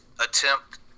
attempt